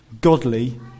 godly